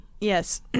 yes